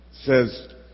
says